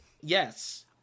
Yes